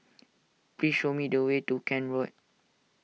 please show me the way to Kent Road